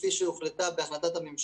כפי שהוחלט עליה בהחלטת הממשלה,